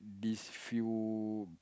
these few